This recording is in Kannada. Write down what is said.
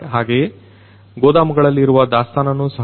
ಹಾಗೆಯೇ ಗೋದಾಮುಗಳಲ್ಲಿ ಇರುವ ದಾಸ್ತಾನುಗಳನ್ನು ಸಹ